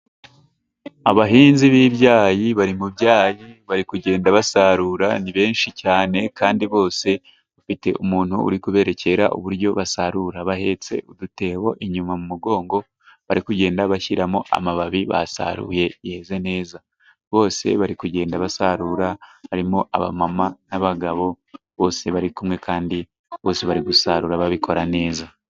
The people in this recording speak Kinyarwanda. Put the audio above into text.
Abahinzi b'ibyayi bari mu byayi bari kugenda basarura ni benshi cyane kandi bose bafite umuntu uri kuberekera uburyo basarura. Bahetse udutebo inyuma mu mugongo, bari kugenda bashyiramo amababi basaruye yeze neza bose bari kugenda basarura harimo abamama n'abagabo bose bari kumwe kandi bose bari gusarura babikora neza.